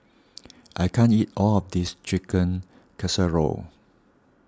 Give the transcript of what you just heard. I can't eat all of this Chicken Casserole